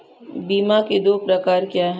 बीमा के दो प्रकार क्या हैं?